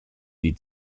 die